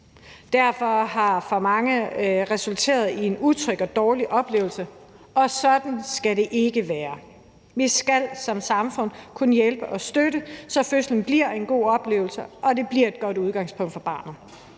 Derfor har det for mange resulteret i en utryg og dårlig oplevelse, og sådan skal det ikke være. Vi skal som samfund kunne hjælpe og støtte, så fødslen bliver en god oplevelse og det bliver et godt udgangspunkt for barnet.